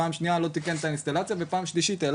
בפעם השנייה לא תיקן את האינסטלציה ובפעם השלישית בעל